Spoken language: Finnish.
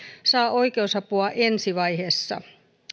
saa oikeusapua ensi vaiheessa